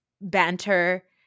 banter